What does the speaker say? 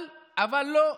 אולי זה בגלל, לא.